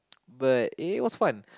but it was fun